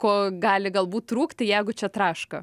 ko gali galbūt trūkti jeigu čia traška